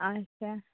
ᱟᱪᱪᱷᱟ